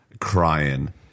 crying